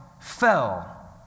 fell